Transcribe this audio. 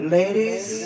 Ladies